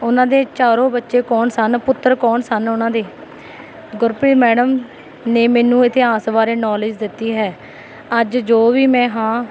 ਉਹਨਾਂ ਦੇ ਚਾਰ ਬੱਚੇ ਕੌਣ ਸਨ ਪੁੱਤਰ ਕੌਣ ਸਨ ਉਹਨਾਂ ਦੇ ਗੁਰਪ੍ਰੀਤ ਮੈਡਮ ਨੇ ਮੈਨੂੰ ਇਤਿਹਾਸ ਬਾਰੇ ਨੌਲੇਜ ਦਿੱਤੀ ਹੈ ਅੱਜ ਜੋ ਵੀ ਮੈਂ ਹਾਂ